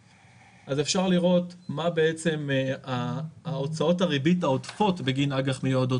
אפשר לראות מה הוצאות הריבית העודפות בגין אג"ח מיועדות.